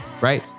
right